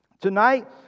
tonight